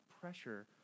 pressure